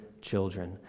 children